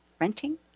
renting